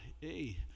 Hey